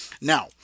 now